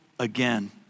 Again